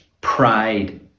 pride